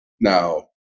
now